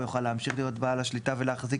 הוא יוכל להמשיך להיות בעל השליטה ולהחזיק